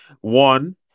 One